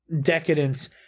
decadence